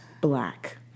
Black